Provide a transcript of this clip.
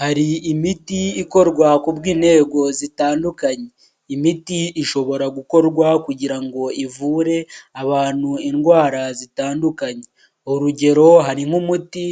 Hari imiti ikorwa kubwi intego zitandukanye, imiti ishobora gukorwa kugira ngo ivure abantu indwara zitandukanye, urugero harimo umuti